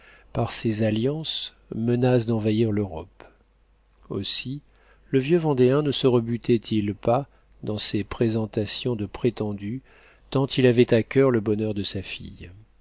par ses alliances menace d'envahir l'europe aussi le vieux vendéen ne se rebutait il pas dans ses présentations de prétendus tant il avait à coeur le bonheur de sa fille